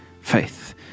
faith